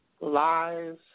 lies